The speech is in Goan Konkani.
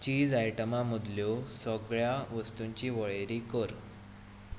चीज आयटम मदल्यो सगळ्या वस्तूंची वळेरी कर